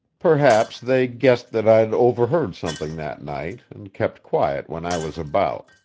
perhaps they guessed that i had overheard something that night, and kept quiet when i was about.